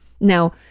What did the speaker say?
Now